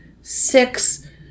six